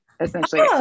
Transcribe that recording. essentially